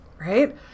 right